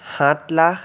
সাত লাখ